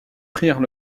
prirent